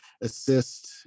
assist